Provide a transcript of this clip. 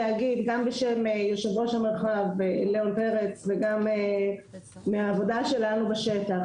גם בשם יושב ראש המרחב לאון פרץ וגם מהעבודה שלנו בשטח.